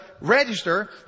register